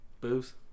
Boobs